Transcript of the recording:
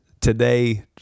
today –